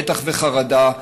מתח וחרדה,